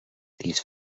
these